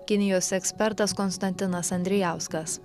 kinijos ekspertas konstantinas andrijauskas